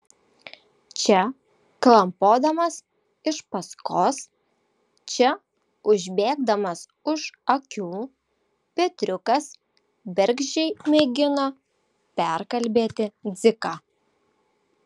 čia klampodamas iš paskos čia užbėgdamas už akių petriukas bergždžiai mėgino perkalbėti dziką